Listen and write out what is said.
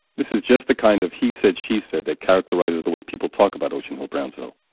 this is just the kind of he said, she said that characterizes the way people talk about ocean hill-brownsville,